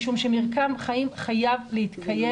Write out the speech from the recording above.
משום שמרקם חיים חייב להתקיים.